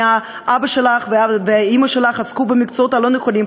אבא שלך ואימא שלך עסקו במקצועות הלא-נכונים,